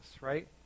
right